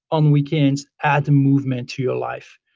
on weekends, add movement to your life,